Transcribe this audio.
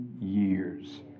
years